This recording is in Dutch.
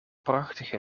prachtige